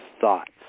thoughts